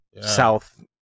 South